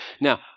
Now